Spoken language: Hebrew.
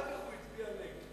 אחר כך הוא הצביע נגד.